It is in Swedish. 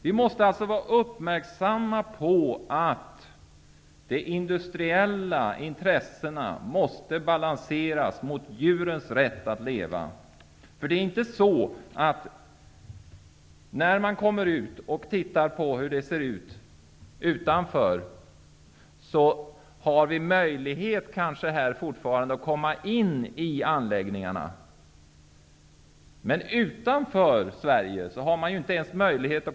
Vi måste alltså vara uppmärksamma så att de industriella intressena balanseras mot djurens rätt att leva. Här i Sverige har vi kanske fortfarande möjlighet att komma in i anläggningarna, men utanför Sverige har man inte ens det.